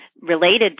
related